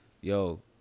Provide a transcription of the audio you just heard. yo